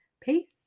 Peace